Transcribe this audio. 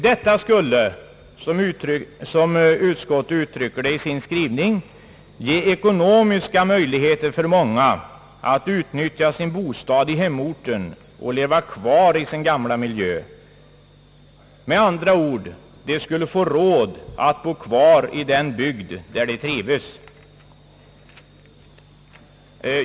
Detta skulle — som utskottet uttrycker det i sin skrivning — ge ekonomiska möjligheter för många att utnyttja sin bostad i hemorten och att leva kvar i sin gamla miljö, med andra ord: de skulle få råd att bo kvar i den bygd där de trivs.